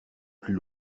plus